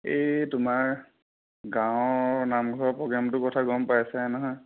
এই তোমাৰ গাঁৱৰ নামঘৰৰ প্ৰগ্ৰেমটোৰ কথা গম পাইছাই নহয়